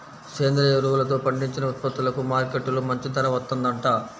సేంద్రియ ఎరువులతో పండించిన ఉత్పత్తులకు మార్కెట్టులో మంచి ధర వత్తందంట